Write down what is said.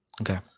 Okay